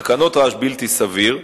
(רעש בלתי סביר)